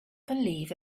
believe